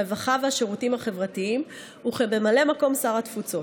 הרווחה והשירותים החברתיים וכממלא מקום שר התפוצות,